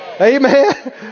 Amen